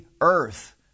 earth